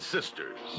Sisters